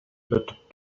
өтүп